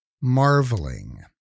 marveling